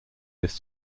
this